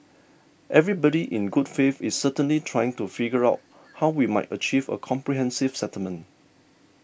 everybody in good faith is certainly trying to figure out how we might achieve a comprehensive settlement